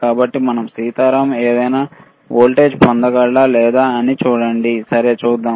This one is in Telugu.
కాబట్టి మనం సీతారాం ఏదైనా వోల్టేజ్ పొందగలరా లేదా అని చూడండి సరే చూద్దాం